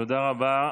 תודה רבה.